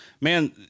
man